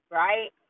right